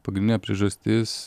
pagrindinė priežastis